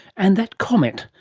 and that comet,